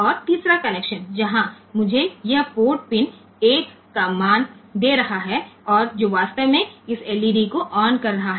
અને ત્રીજું કનેક્શન એ છે કે જ્યાં આપણને આ પોર્ટ પિન મળી છે જેનું મૂલ્ય 1 છે અને તે ખરેખર આ LED ને ચાલુ કરી રહી છે